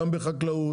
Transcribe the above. גם בחקלאות,